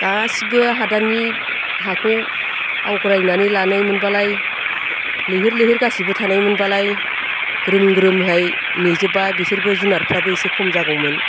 गासैबो हादाननि हाखौ आवग्रिनानै लानायमोनबालाय लैहोर लैहोर गासैबो थानायमोनबालाय ग्रोम ग्रोमहाय नेजोबबा बिसोरबो जुनारफ्राबो एसे खम जागौमोन